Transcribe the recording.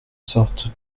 sorte